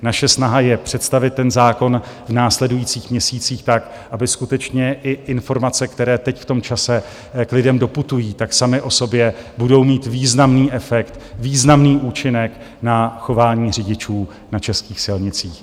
Naše snaha je představit ten zákon v následujících měsících tak, aby skutečně i informace, které teď v tom čase k lidem doputují, tak samy o sobě budou mít významný efekt, významný účinek na chování řidičů na českých silnicích.